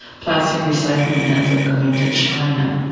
plastic recycling ends up going to china.